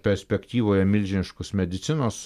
perspektyvoje milžiniškus medicinos